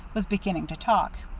was beginning to talk.